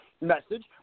message